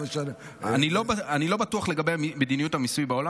אני לא בטוח לגבי מדיניות המיסוי בעולם.